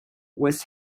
with